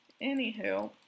Anywho